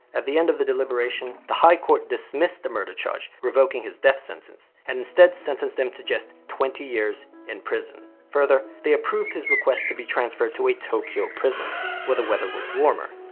at the end of the deliberation, the high court dismissed the murder charge, revoking his death sentence, and instead sentenced him to just twenty years in prison. further, they approved his request to be transferred to a tokyo prison where the weather was warmer.